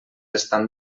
estan